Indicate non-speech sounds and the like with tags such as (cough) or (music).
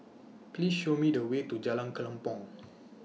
(noise) Please Show Me The Way to Jalan Kelempong